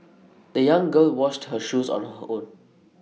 the young girl washed her shoes on her own